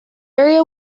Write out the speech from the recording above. area